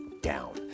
down